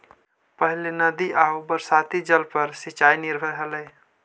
पहिले नदी आउ बरसाती जल पर सिंचाई निर्भर हलई